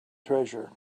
treasure